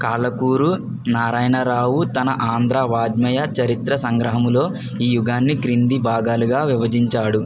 కాలకూరు నారాయణరావు తన ఆంధ్ర వాగ్మేయ చరిత్ర సంగ్రమములో ఈ యుగాన్ని క్రింది భాగాలుగా విభజించాడు